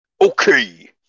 Okay